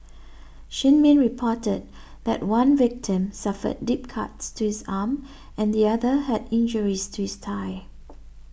Shin Min reported that one victim suffered deep cuts to his arm and the other had injuries to his thigh